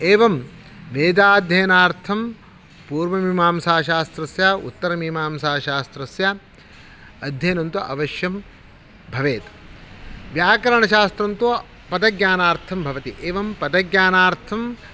एवं वेदाध्ययनार्थं पूर्वमीमांसाशास्त्रस्य उत्तरमीमांसाशास्त्रस्य अध्ययनन्तु अवश्यं भवेत् व्याकरणशास्त्रं तु पदज्ञानार्थं भवति एवं पदज्ञानार्थं